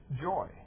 joy